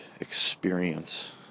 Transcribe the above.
experience